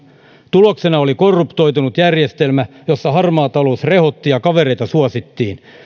tuloksena oli korruptoitunut järjestelmä jossa harmaa talous rehotti ja kavereita suosittiin